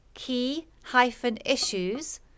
key-issues